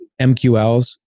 MQLs